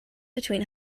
between